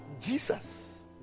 Jesus